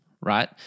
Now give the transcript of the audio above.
right